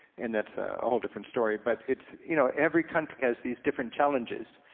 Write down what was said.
and that's a whole different story but it's, you know, every county has these different challenges,